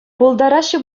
пултараҫҫӗ